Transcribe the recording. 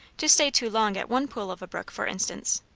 to stay too long at one pool of a brook, for instance.